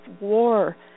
war